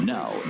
Now